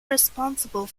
responsible